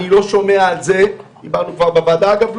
אגב,